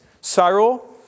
Cyril